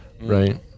Right